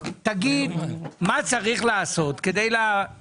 תגיד מה צריך לעשות כדי מה